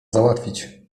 załatwić